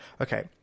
okay